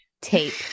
tape